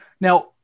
now